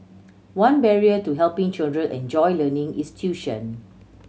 one barrier to helping children enjoy learning is tuition